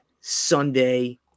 Sunday